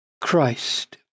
Christ